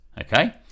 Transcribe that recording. okay